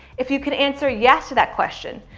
if you can answer yes to that question,